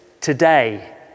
today